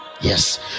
yes